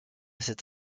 cette